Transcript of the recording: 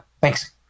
Thanks